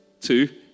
Two